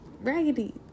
Raggedy